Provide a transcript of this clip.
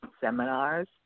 Seminars